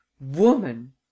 Woman